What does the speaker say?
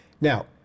Now